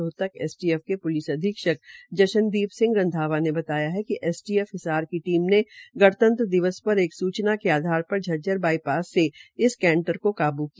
Rohtak STF के police अधीक्षक जशनदीप सिंह रंधावा ने बताया कि एसटीएफ हिसार टीम ने गणतंत्र दिवस पर एक सूचना के आधार पर झज्जर बाइपास से इस कैंटर को काबू किया